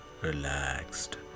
relaxed